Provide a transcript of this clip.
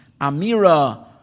Amira